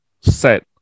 set